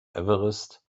everest